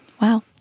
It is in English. Wow